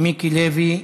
מיקי לוי.